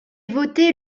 voté